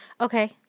Okay